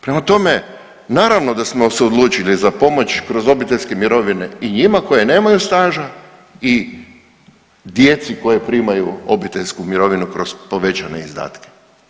Prema tome, naravno da smo se odlučili za pomoć kroz obiteljske mirovine i njima koje nemaju staža i djeci koja primaju obiteljsku mirovinu kroz povećane izdatke.